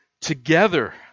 together